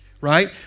right